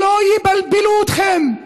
שלא יבלבלו אתכם.